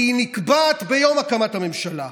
כי היא נקבעת ביום הקמת הממשלה,